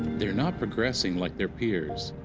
they're not progressing like their peers.